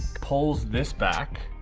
pulls this back,